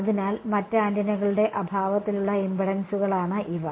അതിനാൽ മറ്റ് ആന്റിനകളുടെ അഭാവത്തിലുള്ള ഇംപെഡൻസുകളാണ് ഇവ